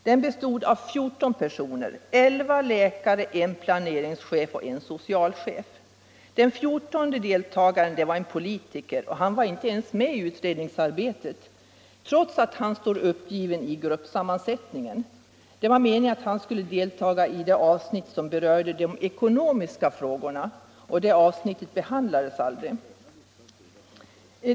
Den bestod av 14 personer — elva var läkare, en planeringschef och en socialchef. Den fjortonde deltagaren var en politiker, och han var inte ens med i utredningsarbetet trots att han stod upptagen i gruppsammansättningen. Det var meningen att han skulle deltaga i det avsnitt som berörde de ekonomiska frågorna, och det avsnittet behandlades aldrig.